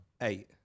Eight